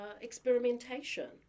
experimentation